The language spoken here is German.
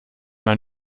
man